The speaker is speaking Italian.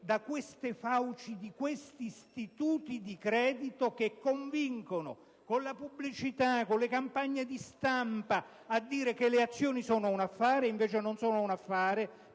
nelle fauci di questi istituti di credito che convincono, con la pubblicità e con le campagne di stampa, che le azioni sono un affare, ed invece non lo sono,